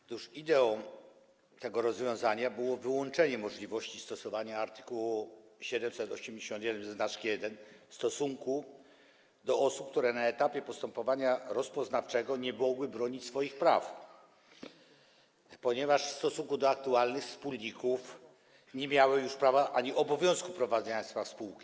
Otóż ideą tego rozwiązania było wyłączenie możliwości stosowania art. 778 w stosunku do osób, które na etapie postępowania rozpoznawczego nie mogły bronić swoich praw, ponieważ w stosunku do aktualnych wspólników nie miały już prawa ani obowiązku prowadzenia spraw spółki.